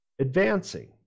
advancing